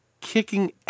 kicking